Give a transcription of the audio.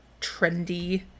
trendy